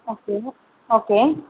okay okay